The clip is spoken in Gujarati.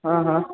હ હ